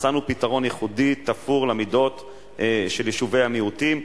מצאנו פתרון ייחודי תפור למידות של יישובי המיעוטים,